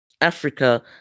Africa